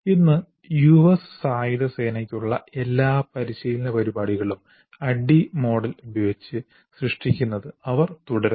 ഇന്ന് യുഎസ് സായുധ സേനയ്ക്കുള്ള എല്ലാ പരിശീലന പരിപാടികളും ADDIE മോഡൽ ഉപയോഗിച്ച് സൃഷ്ടിക്കുന്നത് അവർ തുടരുന്നു